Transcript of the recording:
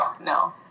no